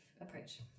approach